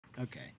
Okay